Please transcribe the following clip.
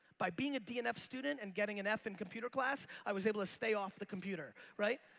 by being a d and f student and getting an f in computer class i was able to stay off the computer. right?